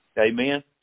Amen